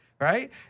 Right